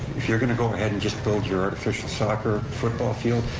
if you're going to go ahead and just build your artificial soccer, football field,